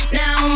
now